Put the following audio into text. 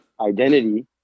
identity